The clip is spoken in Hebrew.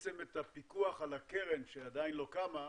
את הפיקוח על הקרן, שעדיין לא קמה,